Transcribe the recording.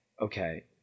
okay